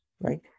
right